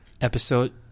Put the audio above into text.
Episode